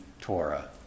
Torah